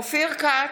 אופיר כץ,